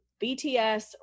BTS